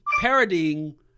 parodying